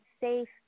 safe